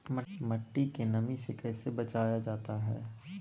मट्टी के नमी से कैसे बचाया जाता हैं?